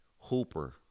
Hooper